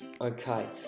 Okay